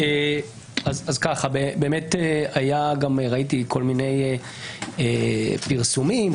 ראיתי כל מיני פרסומים,